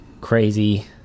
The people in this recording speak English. crazy